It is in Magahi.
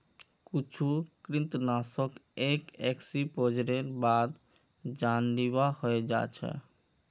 कुछु कृंतकनाशक एक एक्सपोजरेर बाद जानलेवा हय जा छ